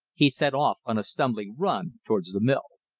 he set off on a stumbling run towards the mill.